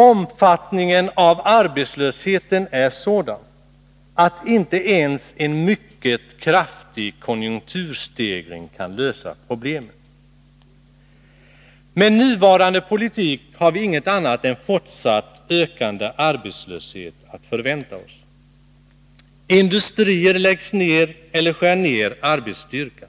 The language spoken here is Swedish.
Omfattningen av arbetslösheten är sådan, att inte ens en mycket kraftig konjunkturstegring kan lösa problemen. Med nuvarande politik har vi inget annat än fortsatt ökande arbetslöshet att förvänta oss. Industrier läggs ner eller skär ner arbetsstyrkan.